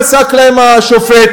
מה פסק בהם השופט.